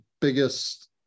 biggest